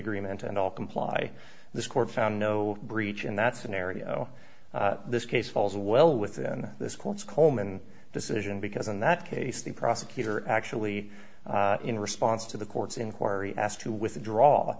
agreement and all comply this court found no breach in that scenario this case falls well within this court's colman decision because in that case the prosecutor actually in response to the court's inquiry asked to withdraw